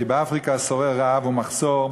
כי באפריקה שורר רעב ומחסור.